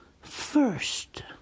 FIRST